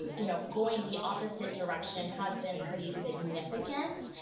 um you know, going the opposite direction has been pretty significant.